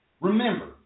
Remember